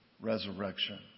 resurrection